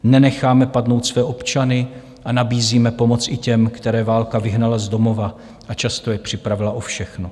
Nenecháme padnout své občany a nabízíme pomoc i těm, které válka vyhnala z domova a často je připravila o všechno.